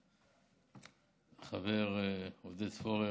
החבר עודד פורר,